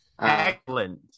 excellent